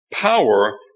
power